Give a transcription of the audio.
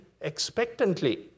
expectantly